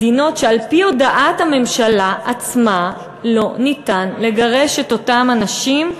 מדינות שעל-פי הודעת הממשלה עצמה אין אפשרות לגרש את אותם אנשים,